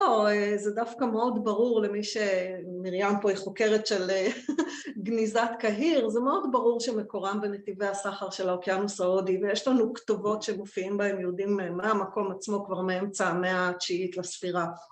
‫או זה דווקא מאוד ברור למי ‫שמרים פה היא חוקרת של גניזת קהיר, ‫זה מאוד ברור שמקורן בנתיבי הסחר ‫של האוקיינוס ההודי, ‫ויש לנו כתובות שמופיעים בהם, ‫יהודים מהמקום עצמו ‫כבר מאמצע המאה התשיעית לספירה.